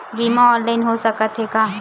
बीमा ऑनलाइन हो सकत हे का?